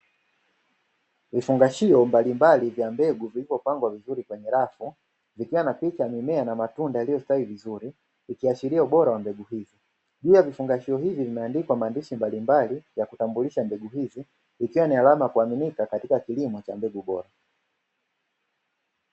Vifungashio mbalimbali vya mbegu vilivyopangwa vizuri kwenye rafu vikiwa na picha ya mimea na matunda yaliyostawi vizuri ikiashiria ubora wa mbegu hizo, juu ya vifungashio hivyo vimeandikwa maandishi mbalimbali ya kutambulisha mbegu hizi. Ikiwa ni alama ya kuaminika katika kilimo cha mbegu bora.